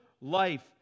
life